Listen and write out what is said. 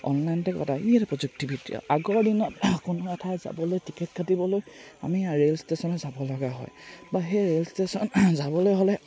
অনলাইনতে কটা হয় ইও এটা প্ৰযুক্তিবিদ্যা আগৰ দিনত কোনো এঠাইলৈ যাবলৈ টিকেট কাটিবলৈ আমি ৰে'ল ষ্টেচনলৈ যাব লগা হয় বা সেই ৰে'ল ষ্টেচন যাবলৈ হ'লে